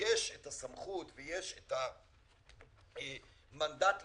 יש את הסמכות ויש את המנדט לקבוע,